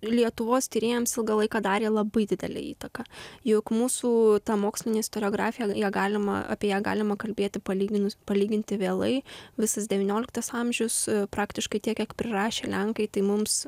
lietuvos tyrėjams ilgą laiką darė labai didelę įtaką juk mūsų ta mokslinė istoriografija ją galima apie ją galima kalbėti palyginus palyginti vėlai visas devynioliktas amžius praktiškai tiek kiek prirašė lenkai tai mums